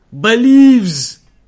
believes